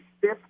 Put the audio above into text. fifth